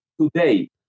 today